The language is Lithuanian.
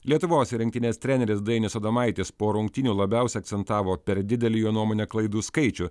lietuvos rinktinės treneris dainius adomaitis po rungtynių labiausia akcentavo per didelį jo nuomone klaidų skaičių